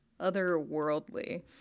otherworldly